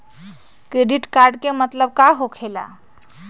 Credit card के मतलब का होकेला?